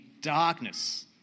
Darkness